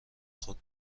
خود